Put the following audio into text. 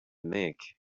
make